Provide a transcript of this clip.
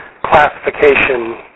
classification